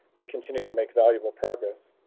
we continue to make valuable progress.